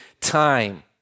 time